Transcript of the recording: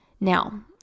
Now